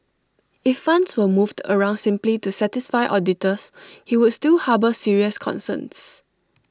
if funds were moved around simply to satisfy auditors he would still harbour serious concerns